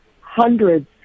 hundreds